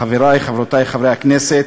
חברי וחברותי חברי הכנסת,